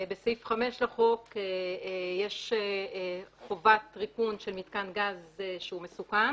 בסעיף 5 לחוק יש חובת ריקון של מתקן גז שהוא מסוכן